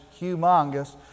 humongous